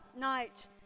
night